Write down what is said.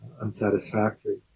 unsatisfactory